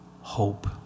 hope